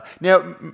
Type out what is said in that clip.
Now